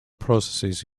processes